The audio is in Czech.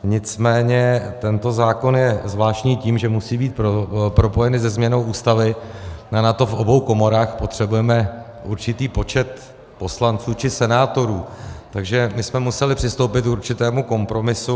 Nicméně tento zákon je zvláštní tím, že musí být propojen i se změnou Ústavy, a na to v obou komorách potřebujeme určitý počet poslanců či senátorů, takže my jsme museli přistoupit k určitému kompromisu.